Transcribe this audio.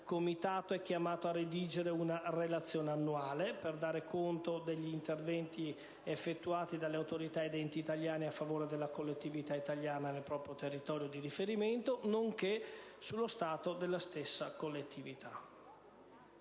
Comitato è chiamato a redigere una relazione annuale per dare conto degli interventi effettuati dalle autorità ed enti italiani a favore della collettività italiana nel proprio territorio di riferimento, nonché sullo stato della stessa collettività.